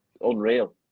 unreal